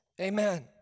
Amen